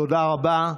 תודה רבה.